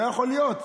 לא יכול להיות.